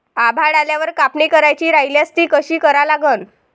आभाळ आल्यावर कापनी करायची राह्यल्यास ती कशी करा लागन?